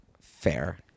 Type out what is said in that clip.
Fair